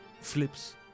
flips